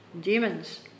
demons